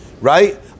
right